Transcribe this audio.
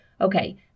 Okay